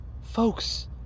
Folks